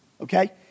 okay